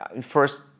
first